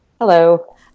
hello